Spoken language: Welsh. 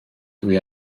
dwi